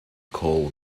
call